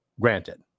granted